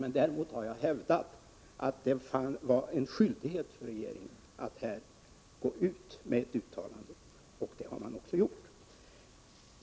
Däremot har jag hävdat att det var en skyldighet för regeringen att i det här fallet gå ut med ett uttalande, och det gjorde man också.